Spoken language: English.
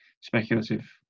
speculative